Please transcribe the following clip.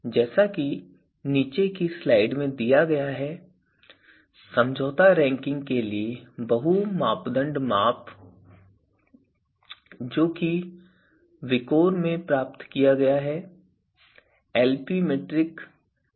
जैसा कि नीचे की स्लाइड में दिया गया है समझौता रैंकिंग के लिए बहु मापदंड माप जो कि विकोर में प्राप्त किया गया है Lp metricसे विकसित किया गया है